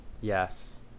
Yes